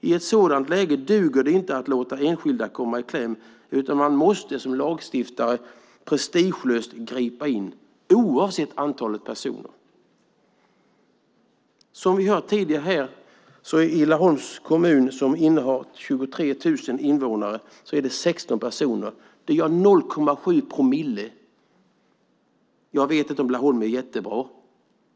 I ett sådant läge duger det inte att låta enskilda komma i kläm, utan man måste som lagstiftare prestigelöst gripa in oavsett antalet personer som drabbas. Som vi har hört tidigare är det i Laholms kommun, som har 23 000 invånare, 16 personer som drabbats. Det är 0,7 promille. Jag vet inte om Laholm är jättebra.